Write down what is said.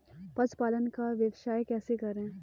पशुपालन का व्यवसाय कैसे करें?